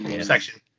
section